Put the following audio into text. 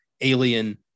alien